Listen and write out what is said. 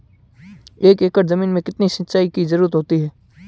एक एकड़ ज़मीन में कितनी सिंचाई की ज़रुरत होती है?